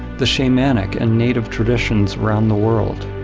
the shamanic and native traditions around the world,